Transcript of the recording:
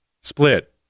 Split